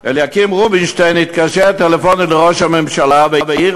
אליקים רובינשטיין התקשר טלפונית לראש הממשלה והעיר